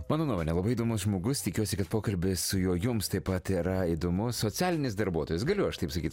mano nuomone labai įdomus žmogus tikiuosi kad pokalbis su juo jums taip pat yra įdomus socialinis darbuotojas galiu aš taip sakyt